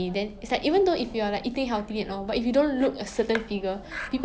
mm